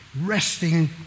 resting